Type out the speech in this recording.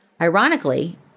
Ironically